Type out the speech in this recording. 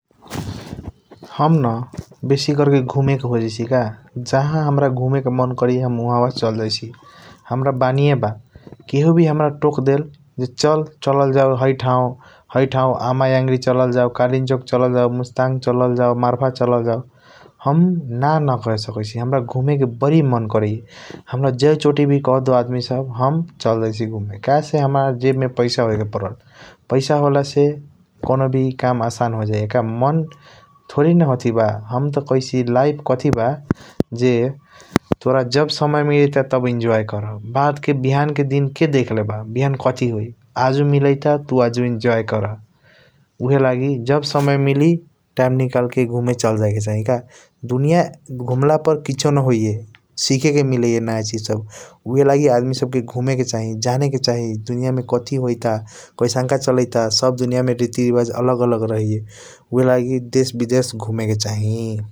हम न बेसी कर के घूमे के खोजईसी का जहा हाम्रा घूमे के मन करैय हम उहब चल जैसी । हाम्रा बनिया बा केहु वी हाम्रा टोकड़ेल ज चल चललजाओ है ठाऊ है ठाऊ अमयांगरी चललजाओ कालीनचौक चलल जऊ । मुस्ताङ चलल जो मरफा चलल जाऊ हम ना न कहेसकैसी हाम्रा घूमे के बारी मन करैया हाम्रा जय चोटी वी कहदो आदमी सब । हम चल जैसी घूमे कहेसे हाम्रा जेब मे पैसा होयके पर्ल पैसा होलासे कऔनोवी काम आसान होजाइया का मन थोरी न हौआठी बा । हम त कहाईसी लाइफ कथी बा ज तोर जब समय मिलाइट बा तब एन्जॉय करा बटके बिहान के दिन के देखले बा बिहान कथी होई । आजू मिलियाइत्त ब तू आजू इन्जॉय करा उहएलागि जब समय मिली टाइम निकाल के घूमे चल जायके चाही का दुनिया घुमल पर किसियों न होइया । सीखेके मिलैया नया चीज सब उहएलागि आदमी सब के घूमे के चाही जाने के चाही दुनिया मे कथी होइट कैसनक चलाइट बा सब दुनिया मे रीति रिवाज । अलग अलग रहैया उहएलागि देश बेदेश घूमे के चाही ।